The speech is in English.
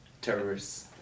Terrorists